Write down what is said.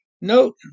note